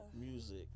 music